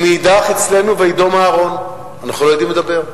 ומאידך, אצלנו "וידם אהרן", אנחנו לא יודעים לדבר.